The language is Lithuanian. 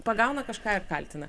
pagauna kažką ir kaltina